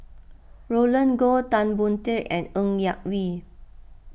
Roland Goh Tan Boon Teik and Ng Yak Whee